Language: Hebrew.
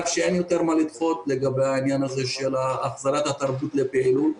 שאין יותר מה לדחות לגבי העניין הזה של החזרת התרבות לפעילות.